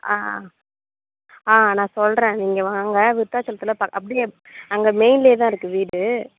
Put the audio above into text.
ஆ ஆ நான் சொல்லுறேன் நீங்கள் வாங்க விருதாச்சலத்தில் ப அப்படியே அங்கே மெயின்லையே தான் இருக்கு வீடு